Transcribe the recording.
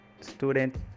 Student